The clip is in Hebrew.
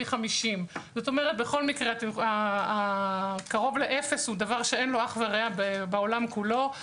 פי 50. כלומר בכל מקרה קרוב ל-0 הוא דבר שאין לו אח ורע בעולם כולו.